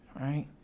right